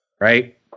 right